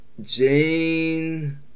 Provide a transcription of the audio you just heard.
Jane